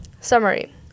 summary